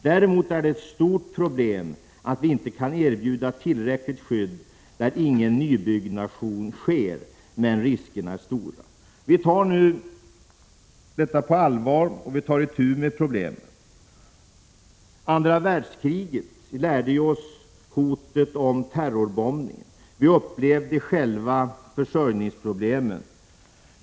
Däremot är det ett stort problem att man inte kan erbjuda tillräckligt skydd där det inte sker någon nybyggnation men riskerna är stora. Regeringen tar detta på allvar och tar itu med problemen. Andra världskriget lärde oss hotet om terrorbombningar. Vi upplevde själva i Sverige försörjningsproblemen.